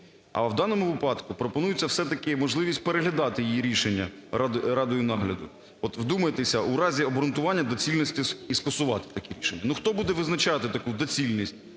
А в даному випадку пропонується все-таки можливість переглядати її рішення радою нагляду. От вдумайтесь, в разі обґрунтування доцільності і скасувати таке рішення. Ну хто буде визначати таку доцільність,